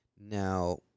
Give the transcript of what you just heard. now